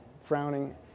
frowning